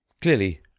Clearly